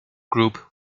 group